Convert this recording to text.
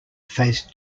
face